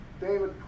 David